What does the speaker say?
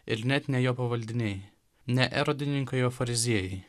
ir net ne jo pavaldiniai ne erodininkai o fariziejai